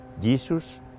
Jesus